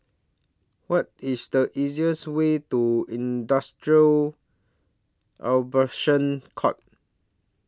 What IS The easiest Way to Industrial Arbitration Court